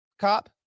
cop